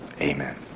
Amen